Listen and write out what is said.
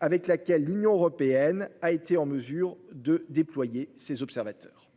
avec laquelle l'Union européenne a été en mesure de déployer ses observateurs.